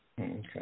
Okay